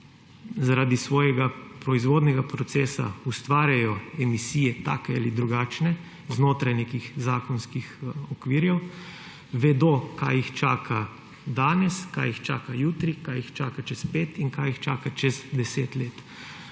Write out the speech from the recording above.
zaradi svojega proizvodnega procesa ustvarjajo emisije take ali drugačne znotraj nekih zakonskih okvirjev, vedo, kaj jih čaka danes, kaj jih čaka jutri, kaj jih čaka čez 5 in kaj jih čaka čez 10 let.